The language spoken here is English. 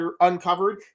uncovered